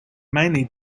mainly